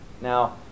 Now